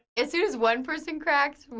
as soon as one person cracks, we